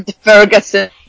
Ferguson